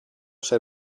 ser